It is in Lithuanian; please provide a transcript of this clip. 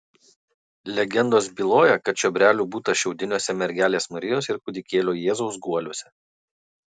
legendos byloja kad čiobrelių būta šiaudiniuose mergelės marijos ir kūdikėlio jėzaus guoliuose